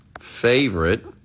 favorite